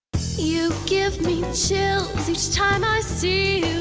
you give me chills each time i see